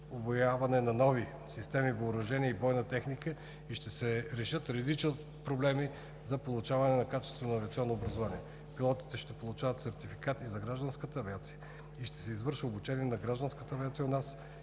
усвояване на нови системи въоръжение и бойна техника и ще се решат редица проблеми за получаване на качествено авиационно образование. Пилотите ще получават сертификат и за гражданската авиация и ще се извършва обучение за гражданската авиация у нас